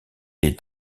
est